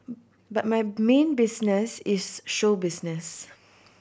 but my main business is show business